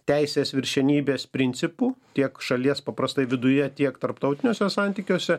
teisės viršenybės principu tiek šalies paprastai viduje tiek tarptautiniuose santykiuose